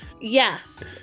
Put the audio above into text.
yes